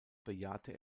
bejahte